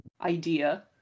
idea